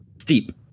Steep